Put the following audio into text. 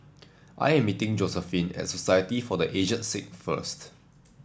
I am meeting Josephine at Society for The Aged Sick first